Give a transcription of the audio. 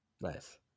Nice